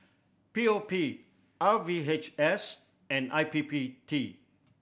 P O P R V H S and I P P T